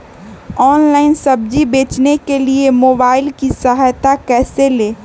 Online सब्जी बेचने के लिए मोबाईल की सहायता कैसे ले?